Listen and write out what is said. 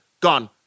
Gone